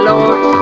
Lord